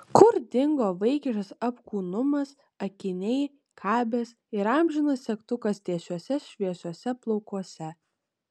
kur dingo vaikiškas apkūnumas akiniai kabės ir amžinas segtukas tiesiuose šviesiuose plaukuose